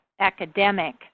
academic